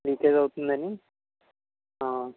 leakage అవుతుంది అని